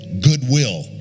Goodwill